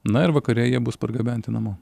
na ir vakare jie bus pargabenti namo